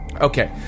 okay